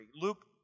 Luke